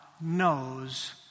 knows